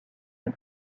les